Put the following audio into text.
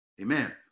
amen